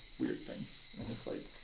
weird things and it's like,